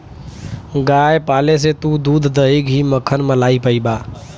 गाय पाले से तू दूध, दही, घी, मक्खन, मलाई पइबा